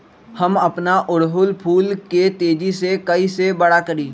हम अपना ओरहूल फूल के तेजी से कई से बड़ा करी?